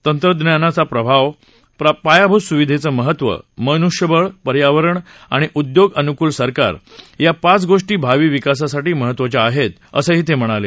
तंत्रज्ञानाच प्रभाव पायाभूत सुविधेचं महत्व मन्ष्यबळ पर्यावरण आणि उदयोग अनुकूल सरकार या पाच गोष्टी भावी विकासासाठी महत्वाच्या आहेत असंही ते म्हणाले